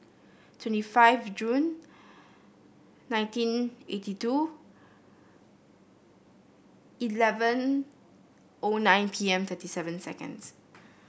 twenty five Jun nineteen eighty two eleven O nine P M thirty seven seconds